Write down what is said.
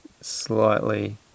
slightly